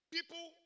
People